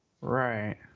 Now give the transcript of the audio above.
Right